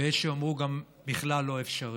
ויש שגם יאמרו שהוא בכלל לא אפשרי.